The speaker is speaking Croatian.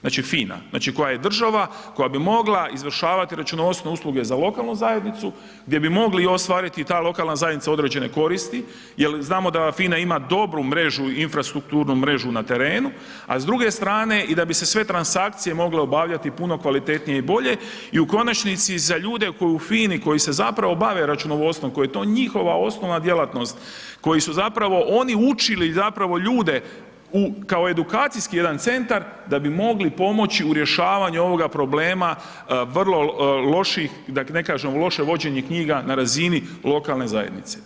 Znači FINA, znači koja je država, koja bi mogla izvršavati računovodstvene usluge za lokalnu zajednicu gdje bi mogli i ostvariti ta lokalna zajednica određene koristi, jel znamo da FINA ima dobru mrežu, infrastrukturnu mrežu na terenu, a s druge strane i da bi se sve transakcije mogle obavljati puno kvalitetnije i bolje i u konačnici za ljude koji u FINI koji se zapravo bave računovodstvom koji je to njihova osnovna djelatnost, koji su zapravo oni učili zapravo ljude u kao edukacijski jedan centar, da bi mogli pomoći u rješavanju ovoga problema vrlo loših, da ne kažem loše vođenje knjiga na razini lokalne zajednice.